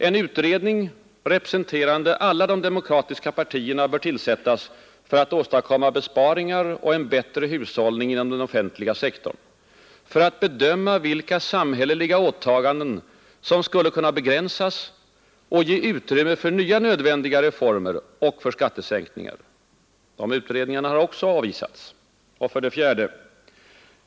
En utredning, representerande alla de demokratiska partierna, bör tillsättas för att åstadkomma besparingar och en bättre hushållning inom den offentliga sektorn, för att bedöma vilka samhälleliga åtaganden som skulle kunna begränsas och ge utrymme för nya nödvändiga reformer och för skattesänkningar. De utredningarna har också avvisats. 4.